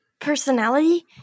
personality